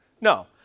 No